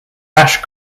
ash